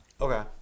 Okay